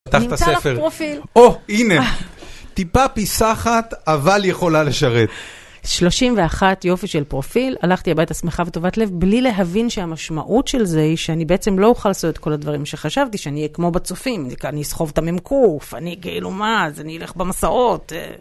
נמצא לך פרופיל. או, הנה, טיפה פיסה אחת, אבל יכולה לשרת. 31 יופי של פרופיל. הלכתי הביתה שמחה וטובת לב, בלי להבין שהמשמעות של זה היא שאני בעצם לא אוכל לעשות כל הדברים שחשבתי, שאני אהיה כמו בצופים, אני אסחוב את המ"ק, אני גאה לומאז, אני אלך במסעות.